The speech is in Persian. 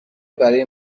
برای